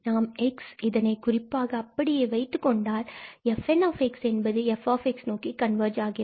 நாம் x இதனை குறிப்பாக அப்படியே வைத்துக் கொண்டால் fn என்பது f நோக்கி கண்வர்ஜ் ஆகிறது